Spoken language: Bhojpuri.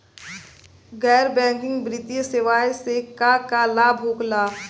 गैर बैंकिंग वित्तीय सेवाएं से का का लाभ होला?